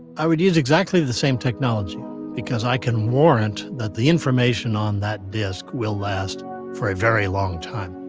i would use exactly the same technology because i can warrant that the information on that disc will last for a very long time.